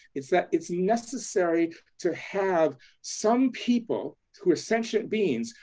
it's that it's necessary to have some people who are sentient beings,